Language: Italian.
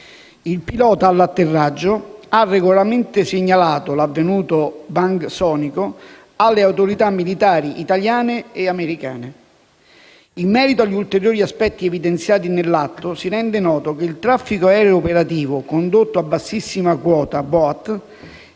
Il pilota all'atterraggio ha regolarmente segnalato l'avvenuto *bang* sonico alle autorità militari italiane e americane. In merito agli ulteriori aspetti evidenziati nell'atto, si rende noto che il traffico aereo operativo condotto a bassissima quota (BOAT)